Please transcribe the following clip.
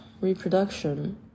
reproduction